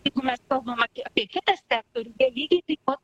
jeigu mes kalbam apie apie kitą sektorių tai lygiai taip pt